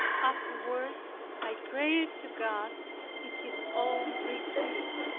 afterward i prayed to god in his own retreat,